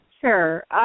Sure